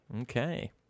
Okay